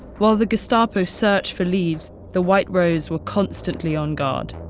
while the gestapo searched for leads, the white rose were constantly on guard.